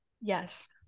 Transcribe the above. Yes